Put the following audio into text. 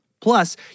Plus